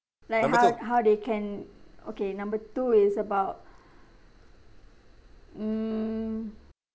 like how how they can okay number two is about mm